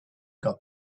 got